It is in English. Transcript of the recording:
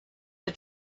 the